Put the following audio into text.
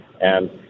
and-